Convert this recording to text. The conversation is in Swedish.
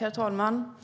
Herr talman!